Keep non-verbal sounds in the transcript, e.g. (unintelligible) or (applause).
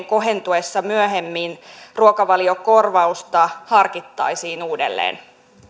(unintelligible) kohentuessa myöhemmin ruokavaliokorvausta harkittaisiin uudelleen